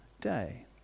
day